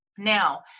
Now